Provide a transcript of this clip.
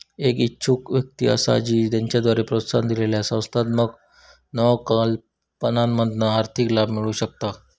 एक इच्छुक व्यक्ती असा जी त्याच्याद्वारे प्रोत्साहन दिलेल्या संस्थात्मक नवकल्पनांमधना आर्थिक लाभ मिळवु शकता